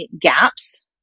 gaps